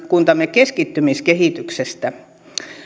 keskittämiskehityksestä